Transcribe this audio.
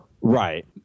Right